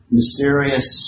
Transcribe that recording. mysterious